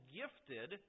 gifted